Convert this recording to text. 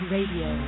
Radio